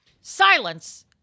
silence